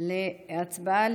התורה,